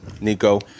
Nico